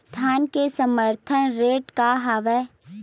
धान के समर्थन रेट का हवाय?